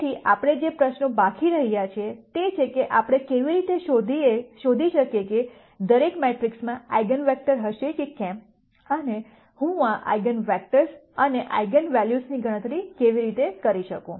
તેથી આપણે જે પ્રશ્નો બાકી રહ્યા છીએ તે છે કે આપણે કેવી રીતે શોધી શકીએ કે દરેક મેટ્રિક્સમાં આઇગન વેક્ટર હશે કે કેમ અને હું આ આઇગન વેક્ટર્સ અને આઇગન વેલ્યુઝની ગણતરી કેવી રીતે કરી શકું